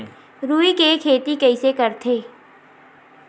रुई के खेती कइसे करथे?